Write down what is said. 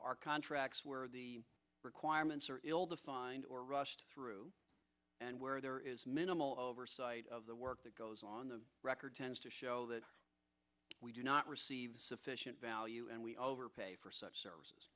are contracts where the requirements are ill defined or rushed through and where there is minimal oversight of the work that goes on the record tends to show that we do not receive sufficient value and we overpay for such